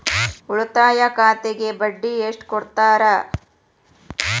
ಉಳಿತಾಯ ಖಾತೆಗೆ ಬಡ್ಡಿ ಎಷ್ಟು ಕೊಡ್ತಾರ?